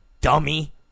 dummy